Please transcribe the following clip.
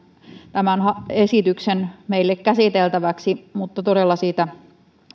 tämän esityksen meille käsiteltäväksi mutta todella siitä